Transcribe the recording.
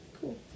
cool